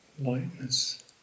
lightness